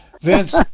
Vince